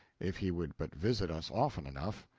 if he would but visit us often enough.